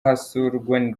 hasurwa